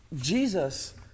Jesus